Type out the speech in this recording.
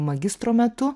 magistro metu